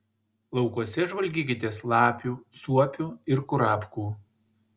laukuose žvalgykitės lapių suopių ir kurapkų